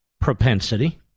propensity